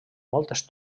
moltes